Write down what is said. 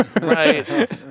Right